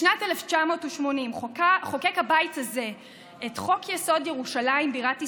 בשנת 1980 חוקק הבית הזה את חוק-יסוד: ירושלים בירת ישראל,